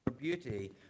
beauty